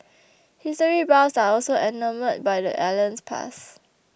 history buffs are also enamoured by the island's past